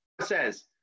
says